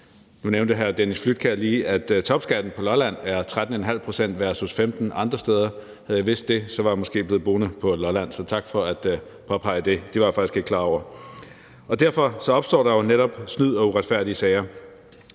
Nu nævnte hr. Dennis Flydtkjær lige, at topskatten på Lolland er 13½ pct. versus 15 pct. andre steder. Havde jeg vidst det, var jeg måske blevet boende på Lolland, så tak for at påpege det. Det var jeg faktisk ikke klar over. Og derfor opstår der jo netop snyd og uretfærdige sager.